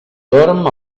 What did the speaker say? dorm